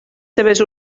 seves